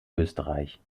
österreich